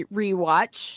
rewatch